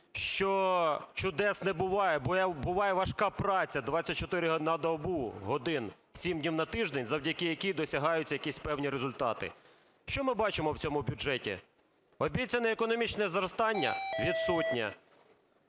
що чудес не буває. Буває важка праця 24 на добу годин, 7 днів на тиждень, завдяки якій досягаються якісь певні результати. Що ми бачимо в цьому бюджеті? Обіцяне економічне зростання відсутнє.